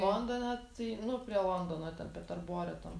londone tai nu prie londono ten peterbore tam